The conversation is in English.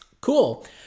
Cool